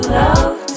love